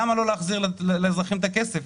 למה לא להחזיר לאזרחים את הכסף?